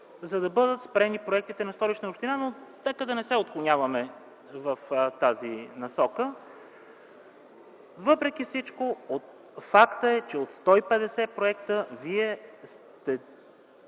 за да бъдат спрени проектите на Столична община. Нека да не се отклоняваме в тази насока. Въпреки всичко, факт е, че от 150 проекта вие сте